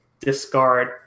discard